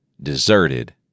Deserted